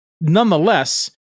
nonetheless